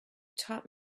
taught